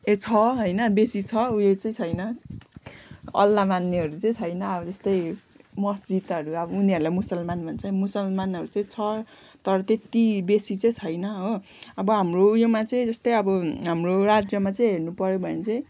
ए छ होइन बेसी छ उयो चाहिँ छैन अल्ला मान्नेहरू चाहिँ छैन अब जस्तै मस्जिदहरू अब उनीहरूलाई मुसलमान भन्छ मुसलमानहरू चाहिँ छ तर त्यति बेसी चाहिँ छैन हो अब हाम्रो उयोमा चाहिँ जस्तै अब हाम्रो राज्यमा चाहिँ हेर्नुपऱ्यो भने चाहिँ